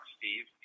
Steve